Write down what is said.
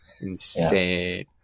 Insane